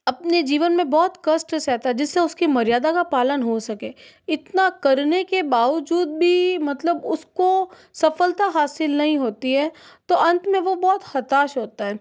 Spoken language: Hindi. अपने जीवन में बहुत कष्ट सहता है जिससे उसकी मर्यादा का पालन हो सके इतना करने के बावजूद भी मतलब उसको सफलता हासिल नहीं होती है तो अंत में वह बहुत हताश होता है